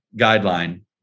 guideline